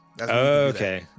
okay